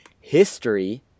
history